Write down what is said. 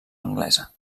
anglesa